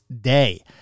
day